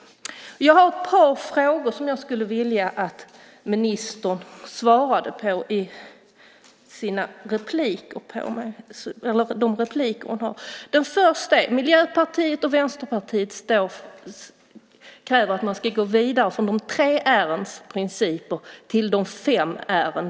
Jag har ett par frågor som jag skulle vilja att ministern svarade på i de inlägg hon har. Den första gäller att Miljöpartiet och Vänsterpartiet kräver att man ska gå vidare från de tre R:ens principer till de fem R:en.